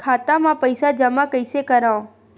खाता म पईसा जमा कइसे करव?